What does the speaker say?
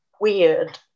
weird